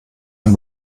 ein